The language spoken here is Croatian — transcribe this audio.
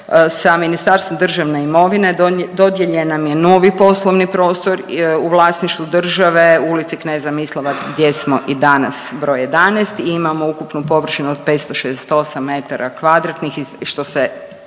sa Ministarstvom državne imovine, dodijeljen nam je novi poslovni prostor u vlasništvu države u ulici Kneza Mislava gdje smo i danas, br. 11 i imamo ukupnu površinu od 568 m2 i što se